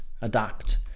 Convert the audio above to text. adapt